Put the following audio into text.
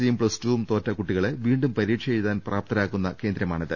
സിയും പ്ലസ്ടുവും തോറ്റ കുട്ടികളെ വീണ്ടും പരീക്ഷയെഴുതാൻ പ്രാപ്തമാക്കുന്ന കേന്ദ്രമാണി ത്